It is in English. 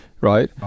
right